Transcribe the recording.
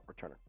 returner